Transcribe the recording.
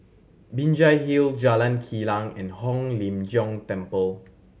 Binjai Hill Jalan Kilang and Hong Lim Jiong Temple